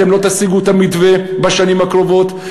אתם לא תשיגו את המתווה בשנים הקרובות,